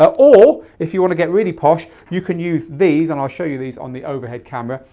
ah or if you want to get really posh, you can use these and i'll show you these on the overhead camera.